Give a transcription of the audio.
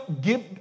give